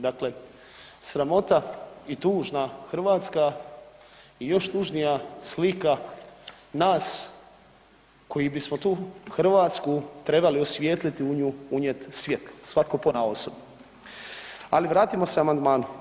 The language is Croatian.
Dakle, sramota i tužna Hrvatska i još tužnija slika nas koji bismo tu Hrvatsku trebali osvijetliti, u nju unijeti svijetlo, svaki ponaosob, ali vratimo se amandmanu.